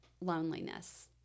loneliness